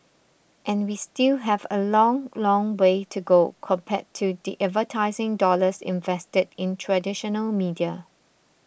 and we still have a long long way to go compared to the advertising dollars invested in traditional media